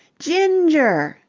ginger!